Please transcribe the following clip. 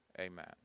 Amen